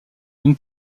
une